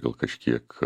gal kažkiek